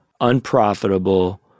unprofitable